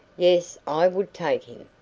yes, i would take him.